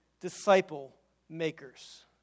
disciple-makers